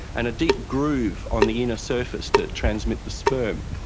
and a deep groove on the inner surface to transmit the sperm.